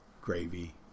gravy